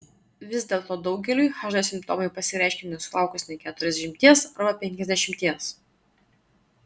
vis dėlto daugeliui hd simptomai pasireiškia nesulaukus nė keturiasdešimties arba penkiasdešimties